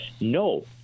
no